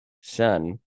son